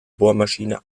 bohrmaschine